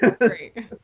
Great